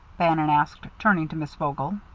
bannon asked, turning to miss vogel.